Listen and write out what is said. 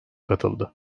katıldı